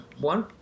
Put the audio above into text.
one